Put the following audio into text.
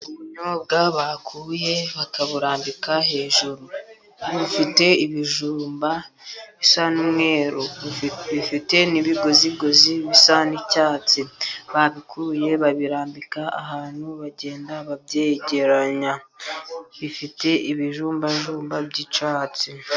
Unyobwa bakuye bakaburambika hejuru. bufite ibijumba bisa n'umweru bifite n'ibigozigozi bisa n'icyatsi. Babikuye babirambika ahantu bagenda babyegeranya, bifite ibijumbajumba by'icyatsi.